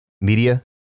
media